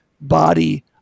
body